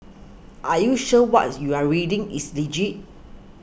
are you sure what you're reading is legit